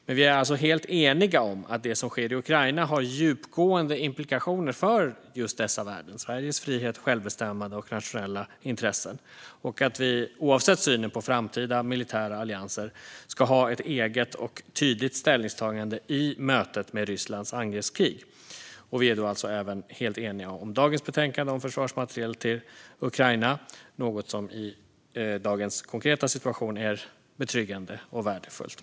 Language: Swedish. Men vi är alltså helt eniga om att det som sker i Ukraina har djupgående implikationer för just dessa värden - Sveriges frihet, självbestämmande och nationella intressen - och att vi oavsett synen på framtida militära allianser ska ha ett eget och tydligt ställningstagande i mötet med Rysslands angreppskrig. Vi är då alltså även helt eniga om dagens betänkande om försvarsmateriel till Ukraina, något som i dagens konkreta situation är betryggande och värdefullt.